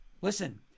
listen